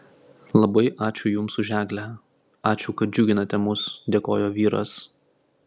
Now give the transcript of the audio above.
labai ačiū jums už eglę ačiū kad džiuginate mus dėkojo vyras